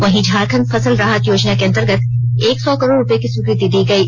वहीं झारखंड फसल राहत योजना के अंतर्गत एक सौ करोड़ रुपये की स्वीकृति दी गयी